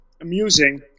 amusing